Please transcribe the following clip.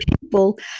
people